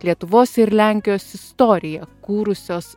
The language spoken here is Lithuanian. lietuvos ir lenkijos istoriją kūrusios